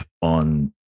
on